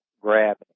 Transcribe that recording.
grab